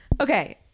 Okay